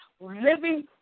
living